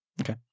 Okay